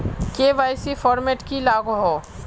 KYC format की लागोहो?